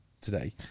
today